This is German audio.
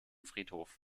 friedhof